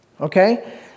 Okay